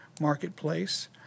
Marketplace